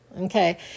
okay